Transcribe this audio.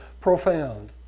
profound